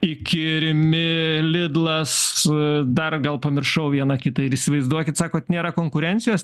iki rimi lidlas dar gal pamiršau vieną kitą ir įsivaizduokit sakot nėra konkurencijos